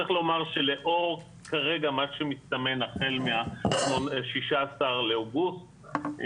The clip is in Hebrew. צריך לומר שלאור מה שמסתמן החל מה-16 לאוגוסט,